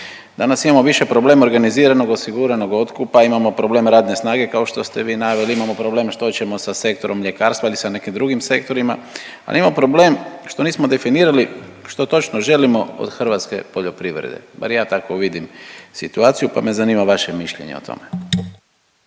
Danas imamo više problema organiziranog, osiguranog otkupa. Imamo problem radne snage kao što ste vi naveli, imamo problem što ćemo sa Sektorom mljekarstva ili sa nekim drugim sektorima, ali imamo i problem što nismo definirali što točno želimo od hrvatske poljoprivrede? Bar ja tako vidim situaciju, pa me zanima vaše mišljenje o tome?